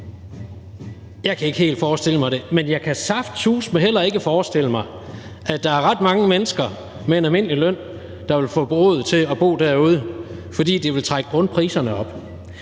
Jeg kan ikke helt forestille mig det, men jeg kan saftsuseme heller ikke forestille mig, at der er ret mange mennesker med en almindelig løn, der vil få råd til at bo derude, fordi det vil trække grundpriserne op,